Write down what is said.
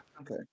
Okay